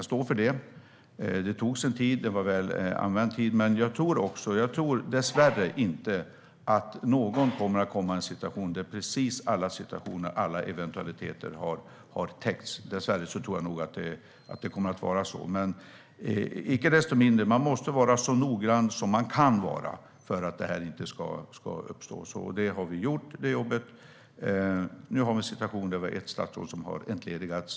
Jag står för det. Det tog sin tid, och det var väl använd tid. Jag tror dessvärre inte att någon kommer att komma i ett läge där precis alla situationer och alla eventualiteter har täckts. Dessvärre tror jag att det kommer att vara så. Icke desto mindre måste man vara så noggrann som man kan vara för att detta inte ska uppstå. Vi har gjort det jobbet. Nu har vi en situation där ett statsråd har entledigats.